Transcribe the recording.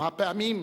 כמה פעמים